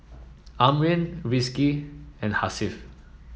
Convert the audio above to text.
Amrin Rizqi and Hasif